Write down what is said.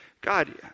God